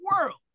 world